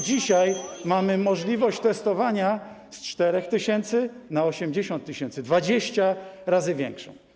Dzisiaj mamy możliwość testowania - zwększoną z 4 tys. do 80 tys. - 20 razy większą.